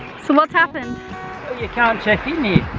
so what's happened? you can't check in